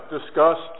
discussed